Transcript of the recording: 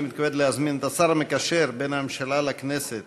אני מתכבד להזמין את השר המקשר בין הממשלה לכנסת